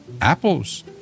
apples